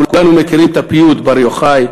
כולנו מכירים את הפיוט "בר יוחאי,